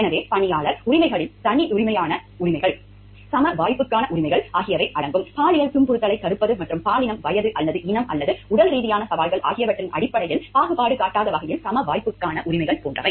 எனவே பணியாளர் உரிமைகளில் தனியுரிமைக்கான உரிமைகள் சம வாய்ப்புக்கான உரிமைகள் ஆகியவை அடங்கும் பாலியல் துன்புறுத்தலைத் தடுப்பது மற்றும் பாலினம் வயது அல்லது இனம் அல்லது உடல்ரீதியான சவால்கள் ஆகியவற்றின் அடிப்படையில் பாகுபாடு காட்டாத வகையில் சம வாய்ப்புக்கான உரிமைகள் போன்றவை